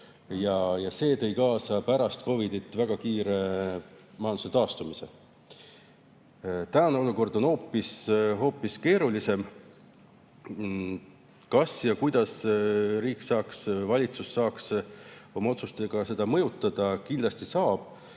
Ja see tõi kaasa pärast COVID-it väga kiire majanduse taastumise. Tänane olukord on hoopis keerulisem. Kas ja [kui, siis] kuidas riik saaks, valitsus saaks oma otsustega seda mõjutada? Kindlasti saab.